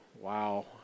wow